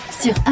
sur